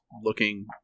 looking